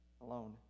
alone